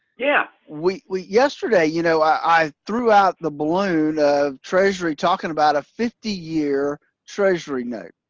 yeah. we yesterday, you know, i threw out the balloon of treasury talking about a fifty year treasury note,